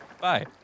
Bye